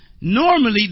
normally